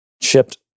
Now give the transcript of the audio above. shipped